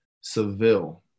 Seville